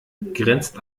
grenzt